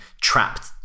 trapped